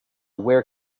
where